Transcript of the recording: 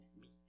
meet